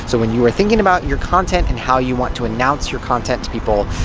so when you are thinking about your content and how you want to announce your content to people,